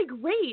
great